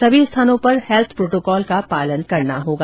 सभी स्थानों पर हैल्थ प्रोटोकॉल का पालन करना होगा